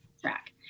track